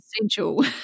essential